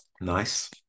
Nice